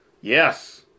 Yes